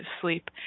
sleep